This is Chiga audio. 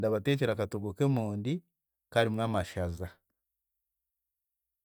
Ndabateekyera akatogo k'emondi karimu amashaza.